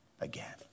again